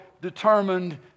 determined